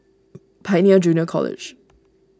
Pioneer Junior College